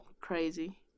crazy